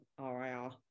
rir